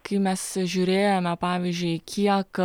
kai mes žiūrėjome pavyzdžiui kiek